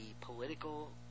political